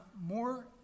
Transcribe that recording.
more